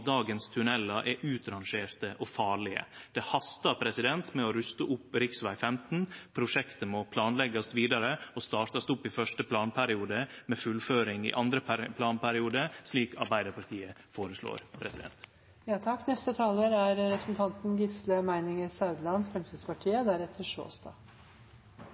dagens tunnelar er utrangerte og farlege. Det hastar med å ruste opp rv. 15. Prosjektet må planleggjast vidare og startast opp i første planperiode, med fullføring i andre planperiode, slik Arbeidarpartiet